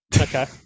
Okay